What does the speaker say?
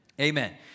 Amen